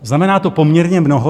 Znamená to poměrně mnoho.